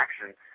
action